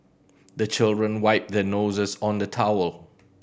the children wipe their noses on the towel